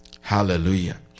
Hallelujah